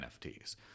NFTs